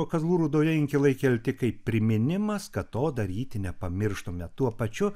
o kazlų rūdoje inkilai kelti kaip priminimas kad to daryti nepamirštume tuo pačiu